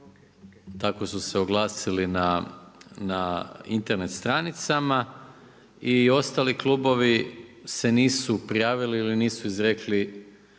tako su se oglasili na Internet stranicama i ostali klubovi se nisu prijavili ili nisu izrekli